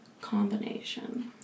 combination